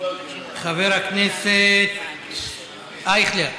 חבר הכנסת אייכלר.